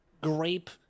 grape